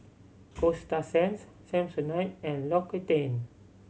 Coasta Sands Samsonite and L'Occitane